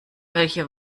welche